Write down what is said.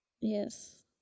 yes